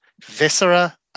viscera